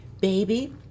baby